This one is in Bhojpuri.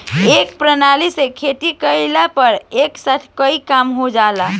ए प्रणाली से खेती कइला पर एक साथ कईगो काम हो जाला